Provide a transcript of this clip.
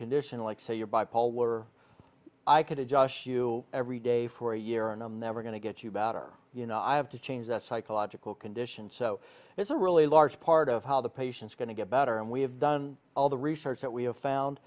condition like say you're bipolar i could have josh you every day for a year and i'm never going to get you about or you know i have to change that psychological condition so it's a really large part of how the patient's going to get better and we have done all the research that we have found